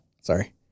sorry